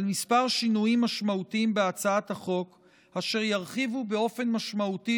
על כמה שינויים משמעותיים בהצעת החוק אשר ירחיבו באופן משמעותי